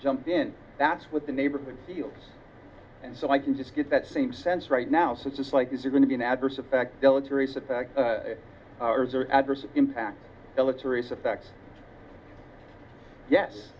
jump in that's what the neighborhood feels and so i can just get that same sense right now so it's just like these are going to be an adverse effect deleterious effect or adverse impact deleterious effect yes